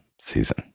season